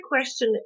question